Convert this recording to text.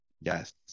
yes